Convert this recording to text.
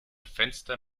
fenster